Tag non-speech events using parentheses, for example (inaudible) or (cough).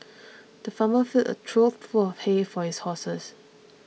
(noise) the farmer filled a trough full of hay for his horses